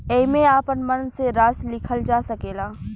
एईमे आपन मन से राशि लिखल जा सकेला